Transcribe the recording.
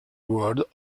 world